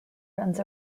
runs